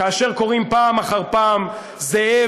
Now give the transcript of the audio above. כאשר קוראים פעם אחר פעם "זאב,